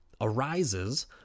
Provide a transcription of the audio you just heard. arises